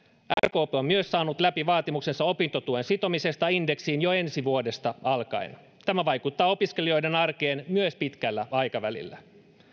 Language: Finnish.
rkp on myös saanut läpi vaatimuksensa opintotuen sitomisesta indeksiin jo ensi vuodesta alkaen tämä vaikuttaa opiskelijoiden arkeen myös pitkällä aikavälillä